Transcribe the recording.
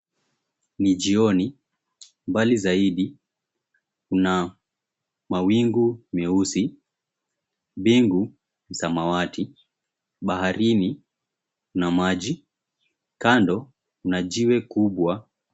Ni jioni mbali zaidi kuna mawingu mieusi, mbingu samawati, baharini kuna maji, kando kuna jiwe kubwa.